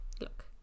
Look